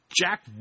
Jack